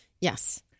Yes